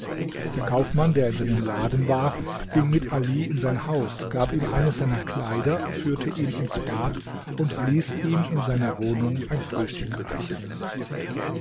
der kaufmann der in seinem laden war ging mit ali in sein haus gab ihm eines seiner kleider führte ihn ins bad und ließ ihm in seiner wohnung ein frühstück reichen